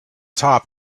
top